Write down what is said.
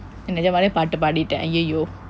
நெஜமாலை பாட்டு பாடிட்டேன்:nejamaalai paatdu paaditdeen !aiyo!